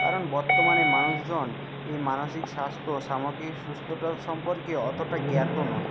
কারণ বর্তমানে মানুষজন এই মানসিক স্বাস্থ্য সামগ্রিক সুস্থতার সম্পর্কে অতটা জ্ঞাত নয়